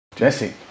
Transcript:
Jesse